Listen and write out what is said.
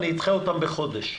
אני אדחה אותן בחודש.